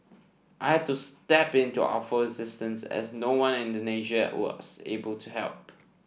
I had to step in to offer assistance as no one in Indonesia was able to help